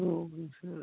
okay sir